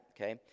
okay